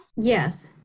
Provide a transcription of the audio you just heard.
Yes